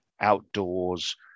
outdoors